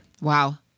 Wow